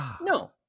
No